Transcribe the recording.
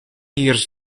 years